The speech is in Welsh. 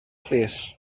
plîs